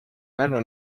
pärnu